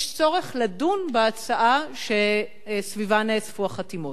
יש צורך לדון בהצעה שסביבה נאספו החתימות.